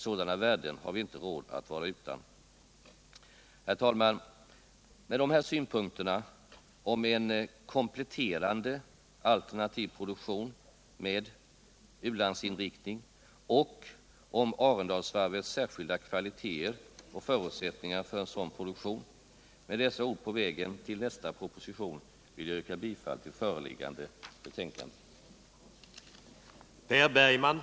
Sådana värden har vi inte råd att vara utan. Herr talman! Med dessa synpunkter på en kompletterande alternativ produktion med u-landsinriktning och på Arendalsvarvets särskilda kvaliteter och förutsättningar för en sådan produktion — alltså med dessa ord på vägen till nästa proposition — vill jag yrka bifall till hemställan i föreliggande betänkande.